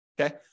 okay